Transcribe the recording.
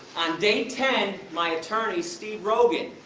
on day ten my attorney, steve rogan,